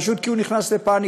פשוט כי הוא נכנס לפניקה.